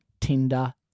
Tinder